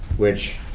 which,